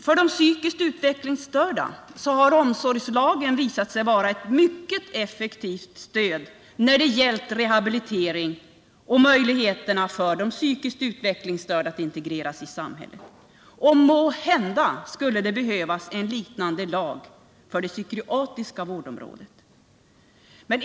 För de psykiskt utvecklingsstörda har omsorgslagen visat sig vara ett mycket effektivt stöd när det gäller rehabiliteringen och möjligheterna att integreras i samhället. Måhända skulle det behövas en liknande lag för det psykiatriska vårdområdet.